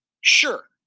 Sure